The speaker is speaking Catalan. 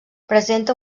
presenta